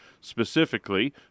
Specifically